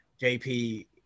JP